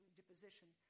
deposition